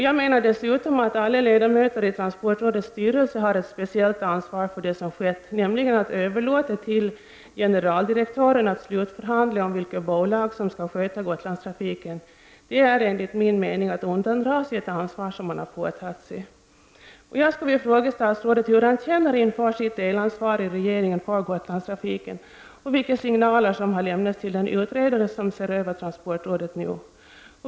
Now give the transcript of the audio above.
Jag menar dessutom att alla ledamöter i transportrådets styrelse har ett speciellt ansvar för det som skett, nämligen att man har överlåtit till generaldirektören att slutförhandla om vilket bolag som skall sköta Gotlandstrafiken. Det är enligt min mening att undandra sig ett ansvar man påtagit sig. Jag skulle vilja fråga statsrådet hur han känner inför sitt delansvar i regeringen för Gotlandstrafiken och vilka signaler som lämnats till den utredare som ser över transportstödet.